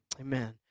Amen